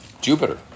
Jupiter